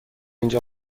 اینجا